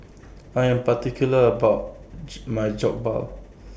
I Am particular about My Jokbal